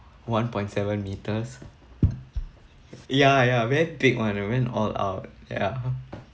one point seven metres ya ya very big one we went all out ya